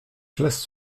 classes